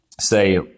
say